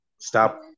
Stop